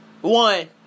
One